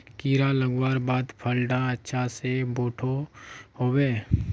कीड़ा लगवार बाद फल डा अच्छा से बोठो होबे?